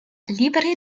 libre